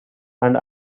and